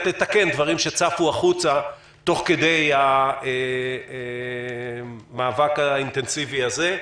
לתקן דברים שצפו החוצה תוך כדי המאבק האינטנסיבי הזה.